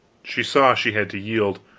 she saw she had to yield.